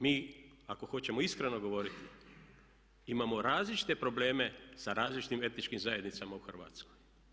Mi ako hoćemo iskreno govoriti imamo različite probleme sa različitim etničkim zajednicama u Hrvatskoj.